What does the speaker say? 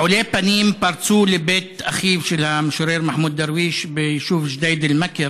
רעולי פנים פרצו לבית אחיו של המשורר מחמוד דרוויש ביישוב ג'דיידה-מכר,